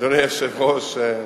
אדוני היושב-ראש,